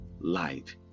light